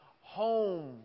Home